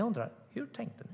Jag undrar: Hur tänkte ni?